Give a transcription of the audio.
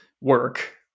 work